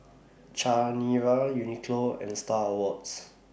Chanira Uniqlo and STAR Awards